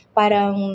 parang